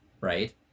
right